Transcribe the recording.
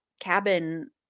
cabin